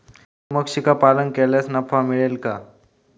मधुमक्षिका पालन केल्यास नफा मिळेल का?